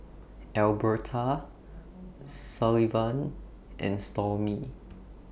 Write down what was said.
Elberta Sullivan and Stormy